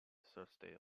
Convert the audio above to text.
thursday